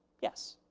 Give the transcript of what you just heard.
yes.